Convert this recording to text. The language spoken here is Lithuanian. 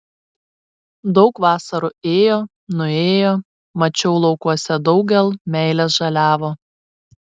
daug vasarų ėjo nuėjo mačiau laukuose daugel meilės žaliavo